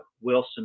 wilson